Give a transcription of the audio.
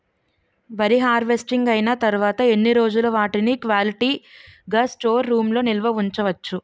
వరి హార్వెస్టింగ్ అయినా తరువత ఎన్ని రోజులు వాటిని క్వాలిటీ గ స్టోర్ రూమ్ లొ నిల్వ ఉంచ వచ్చు?